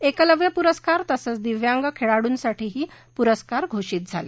एकलव्य पुरस्कार तसंच दिव्यांग खेळाडूसाठी पुरस्कारही घोषित झाले